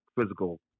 physical